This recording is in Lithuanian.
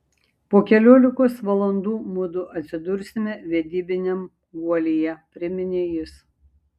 po keliolikos valandų mudu atsidursime vedybiniam guolyje priminė jis